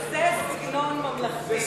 ותאמין לי שזה סגנון ממלכתי.